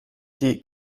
die